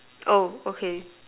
oh okay